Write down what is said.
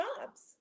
jobs